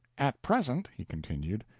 at present, he continued,